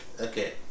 okay